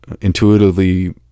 intuitively